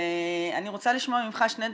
אני רוצה לשמוע ממך שני דברים,